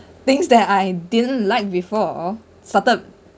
things that I didn't like before started